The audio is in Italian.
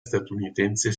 statunitense